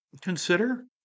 consider